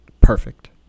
perfect